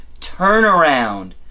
turnaround